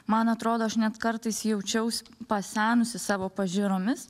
man atrodo aš net kartais jaučiaus pasenusi savo pažiūromis